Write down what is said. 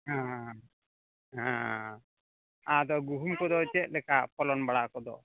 ᱦᱮᱸ ᱦᱮᱸ ᱟᱫᱚ ᱜᱩᱦᱩᱢ ᱠᱚᱫᱚ ᱪᱮᱫ ᱞᱮᱠᱟ ᱯᱷᱚᱞᱚᱱ ᱵᱟᱲᱟ ᱠᱚᱫᱚ